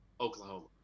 Oklahoma